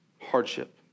Hardship